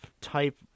type